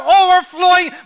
overflowing